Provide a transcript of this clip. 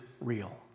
real